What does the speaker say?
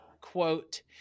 quote